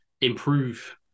improve